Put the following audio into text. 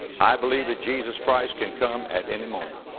i believe that jesus christ can come at any moment.